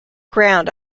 ground